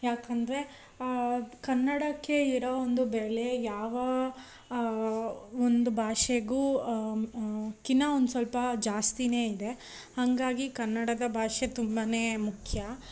ಯಾಕಂದರೆ ಕನ್ನಡಕ್ಕೆ ಇರೋ ಒಂದು ಬೆಲೆ ಯಾವ ಒಂದು ಭಾಷೆಗೂ ಕಿನ್ನ ಒಂದು ಸ್ವಲ್ಪ ಜಾಸ್ತಿಯೇ ಇದೆ ಹಾಗಾಗಿ ಕನ್ನಡದ ಭಾಷೆ ತುಂಬಾ ಮುಖ್ಯ